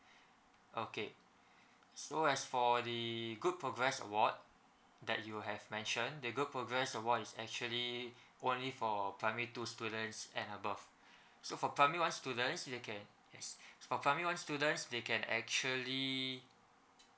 okay so as for the good progress award that you have mentioned the good progress award is actually only for primary two students and above so for primary one students you can yes for primary one students they can actually